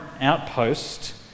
outpost